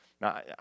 Now